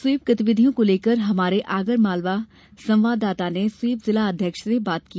SVEEP गतिविधियों को लेकर हमारे आगरमालवा संवाददाता ने स्वीप जिला अध्यक्ष से बात की